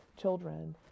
children